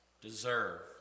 deserve